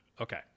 Okay